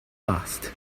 fast